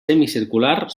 semicircular